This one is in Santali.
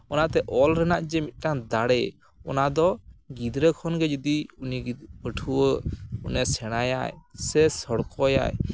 ᱚᱱᱟᱛᱮ ᱚᱞ ᱨᱮᱱᱟᱜ ᱡᱮ ᱢᱤᱫᱴᱟᱱ ᱫᱟᱲᱮ ᱚᱱᱟᱫᱚ ᱜᱤᱫᱽᱨᱟᱹ ᱠᱷᱚᱱᱜᱮ ᱡᱩᱫᱤ ᱩᱱᱤ ᱯᱟᱹᱴᱷᱩᱣᱟᱹ ᱚᱱᱮ ᱥᱮᱬᱟᱭᱟᱭ ᱥᱮ ᱥᱚᱲᱠᱚᱭᱟᱭ